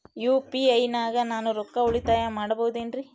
UPI ನಾಗ ನಾನು ರೊಕ್ಕ ಉಳಿತಾಯ ಮಾಡಬಹುದೇನ್ರಿ?